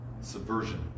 subversion